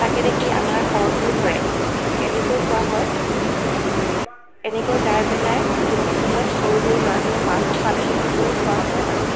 তাকে দেখি আমাৰ শৰধনু ধৰে এনেকৈ কোৱা হয় এনেকৈ গাই পেলাই তুলসীৰ তলত সৰু সৰু ল'ৰা ছোৱালীয়ে মাহ প্ৰসাদ এনেকৈ কৰি খোৱা হয় আৰু